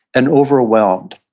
and overwhelmed,